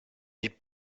nicht